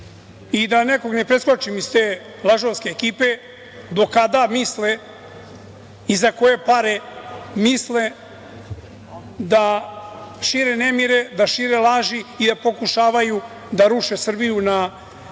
i da nekog ne preskočim iz te lažovske ekipe, do kada misle i za koje pare misle da šire nemire, da šire laži i da pokušavaju da ruše Srbiju na